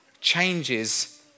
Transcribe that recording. changes